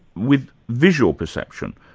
with visual perception.